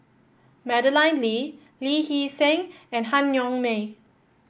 Madeleine Lee Lee Hee Seng and Han Yong May